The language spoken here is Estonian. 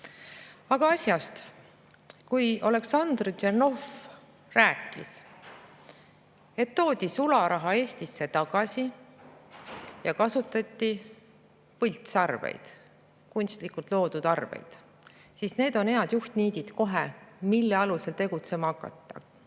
asjast. Kui Oleksandr Tšernov rääkis, et toodi sularaha Eestisse tagasi ja kasutati võltsarveid, kunstlikult loodud arveid, siis need olid head juhtniidid, mille alusel [oleks saanud]